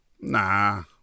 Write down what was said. nah